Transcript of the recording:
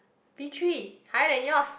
B three higher than yours